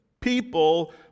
people